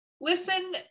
Listen